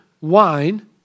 wine